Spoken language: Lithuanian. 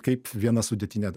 kaip viena sudėtinė